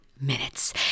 minutes